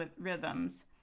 rhythms